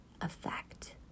effect